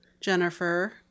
Jennifer